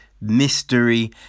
Mystery